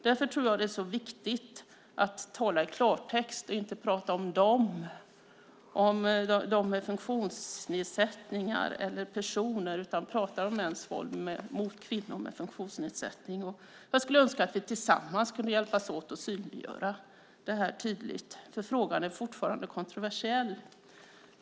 Därför tror jag att det är viktigt att tala i klartext och inte prata om "dem" eller "personer" med funktionsnedsättningar utan om mäns våld mot kvinnor med funktionsnedsättning. Jag skulle önska att vi tillsammans kunde hjälpas åt att synliggöra det här tydligt, för frågan är fortfarande kontroversiell.